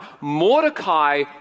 Mordecai